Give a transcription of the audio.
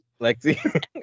lexi